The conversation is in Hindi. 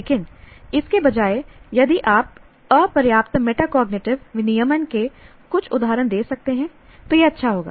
लेकिन इसके बजाय यदि आप अपर्याप्त मेटाकॉग्नेटिव विनियमन के कुछ उदाहरण दे सकते हैं तो यह अच्छा होगा